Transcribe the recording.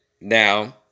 now